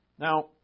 Now